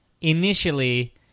initially